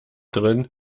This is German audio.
drin